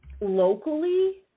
locally